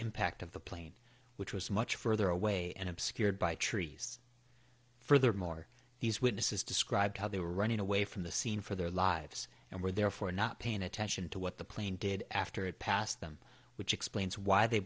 impact of the plane which was much further away and obscured by trees furthermore these witnesses described how they were running away from the scene for their lives and were therefore not paying attention to what the plane did after it passed them which explains why they